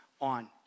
on